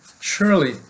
Surely